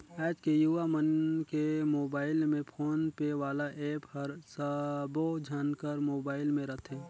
आएज के युवा मन के मुबाइल में फोन पे वाला ऐप हर सबो झन कर मुबाइल में रथे